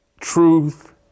truth